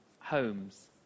homes